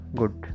good